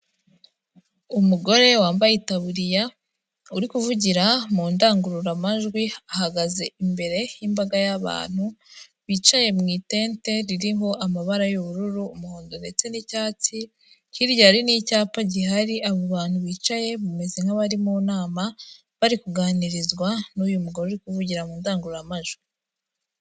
Umugore wambaye itaburiya, uri kuvugira mu ndangururamajwi ahagaze imbere y'imbaga y'abantu bicaye mu itente ririho amabara y'ubururu, umuhondo ndetse n'icyatsi, hirya hari n'icyapa gihari, abo bantu bicaye bameze nk'abari mu nama bari kuganirizwa n'uyu mugore uri kuvugira mu ndangururamajwi.